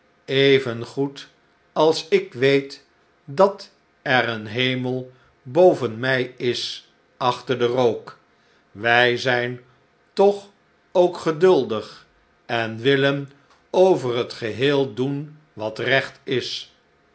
evengoed als ik weet dat er een hem el boven mij is achter den rook wi zijn toch ook geduldig en willen over het geheel doen wat recht is